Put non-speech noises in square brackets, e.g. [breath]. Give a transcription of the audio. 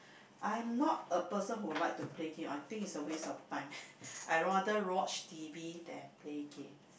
I'm not a person who like to play game I think it's a waste of time [breath] I rather watch T_V than play game